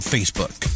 Facebook